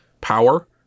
power